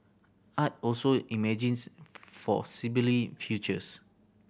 art also imagines for futures